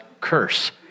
curse